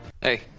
Hey